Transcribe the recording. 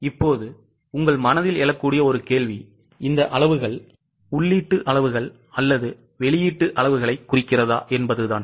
இப்போது உங்கள் மனதில் எழக்கூடிய ஒரு கேள்வி இந்த அளவுகள் உள்ளீட்டு அளவுகள் அல்லது வெளியீட்டு அளவுகளைக் குறிக்கிறதா என்பதுதான்